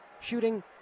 shooting